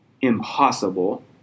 impossible